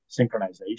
synchronization